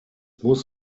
muss